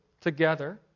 together